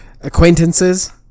acquaintances